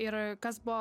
ir kas buvo